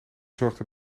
zorgde